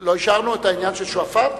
לא אישרנו את הנושא של שועפאט?